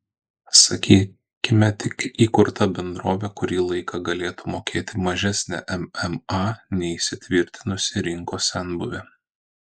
sakykime tik įkurta bendrovė kurį laiką galėtų mokėti mažesnę mma nei įsitvirtinusi rinkos senbuvė